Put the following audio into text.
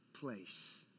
place